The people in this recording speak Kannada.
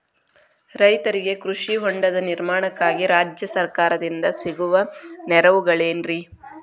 ರೈತರಿಗೆ ಕೃಷಿ ಹೊಂಡದ ನಿರ್ಮಾಣಕ್ಕಾಗಿ ರಾಜ್ಯ ಸರ್ಕಾರದಿಂದ ಸಿಗುವ ನೆರವುಗಳೇನ್ರಿ?